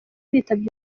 bitabye